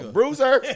Bruiser